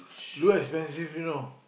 too expensive you know